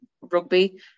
rugby